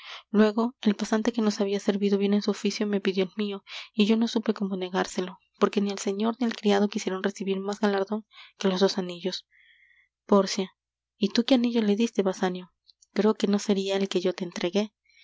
luego el pasante que nos habia servido bien en su oficio me pidió el mio y yo no supe cómo negárselo porque ni el señor ni el criado quisieron recibir más galardon que los dos anillos pórcia y tú qué anillo le diste basanio creo que no seria el que yo te entregué